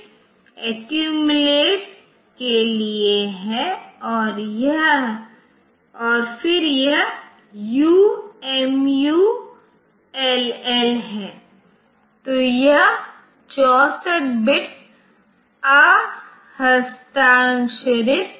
इसलिए यदि आप INT 5 डालते हैं तो यह कीबोर्ड रीड को आह्वान करेगी और इसके अंत में कीबोर्ड का मान जो उपयोगकर्ता ने दबाया है कि कुंजी मान कुछ विशेष रजिस्टर जैसे किR5 में उपलब्ध होगा